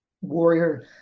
warrior